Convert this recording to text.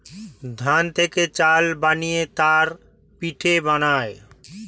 ধান থেকে চাল বানিয়ে তার পিঠে বানায়